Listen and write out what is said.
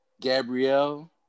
Gabrielle